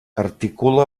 articula